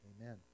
amen